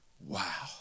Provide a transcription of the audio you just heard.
Wow